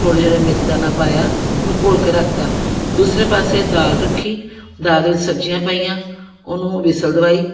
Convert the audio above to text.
ਥੋੜ੍ਹੇ ਜਿਹੇ ਮੇਥੀ ਦਾਣਾ ਪਾਇਆ ਉਹਨੂੰ ਘੋਲ ਕੇ ਰੱਖਤਾ ਦੂਸਰੇ ਪਾਸੇ ਦਾਲ ਰੱਖੀ ਦਾਲ ਦੇ ਵਿੱਚ ਸਬਜ਼ੀਆਂ ਪਾਈਆਂ ਉਹਨੂੰ ਵਿਸਲ ਦਿਵਾਈ